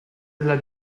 della